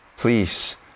Please